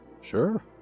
Sure